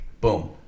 boom